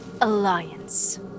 alliance